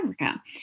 Africa